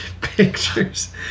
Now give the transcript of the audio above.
Pictures